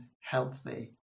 healthy